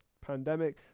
pandemic